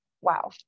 wow